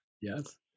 Yes